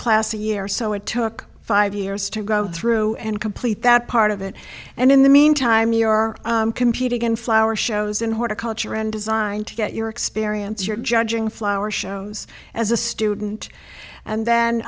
class a year so it took five years to go through and complete that part of it and in the meantime you are competing in flower shows in horticulture and designed to get your experience your judging flower shows as a student and then